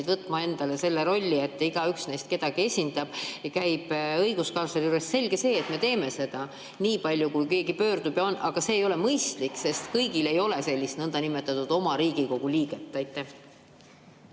võtma endale selle rolli, et igaüks neist kedagi esindab, käib õiguskantsleri juures. Selge see, et me teeme seda, kui keegi pöördub, aga see ei ole mõistlik, sest kõigil ei ole sellist niinimetatud oma Riigikogu liiget. Aitäh!